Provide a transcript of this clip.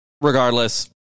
Regardless